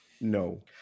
No